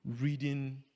reading